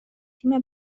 تیم